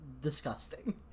disgusting